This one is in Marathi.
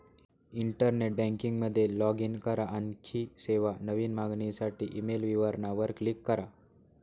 इंटरनेट बँकिंग मध्ये लाॅग इन करा, आणखी सेवा, नवीन मागणीसाठी ईमेल विवरणा वर क्लिक करा